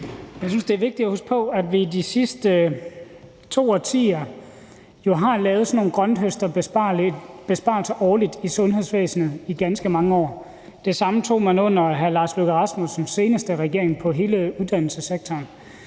Jeg synes, det er vigtigt at huske på, at vi de sidste to årtier jo har lavet sådan nogle grønthøsterbesparelser årligt i sundhedsvæsenet, i ganske mange år. Det samme gjorde man under hr. Lars Løkke Rasmussens seneste regering på hele uddannelsessektoren.